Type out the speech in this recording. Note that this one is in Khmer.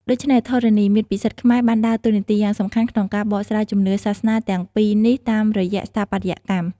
ដូច្នេះ ធរណីមាត្រពិសិដ្ឋខ្មែរបានដើរតួនាទីយ៉ាងសំខាន់ក្នុងការបកស្រាយជំនឿសាសនាទាំងពីរនេះតាមរយៈស្ថាបត្យកម្ម។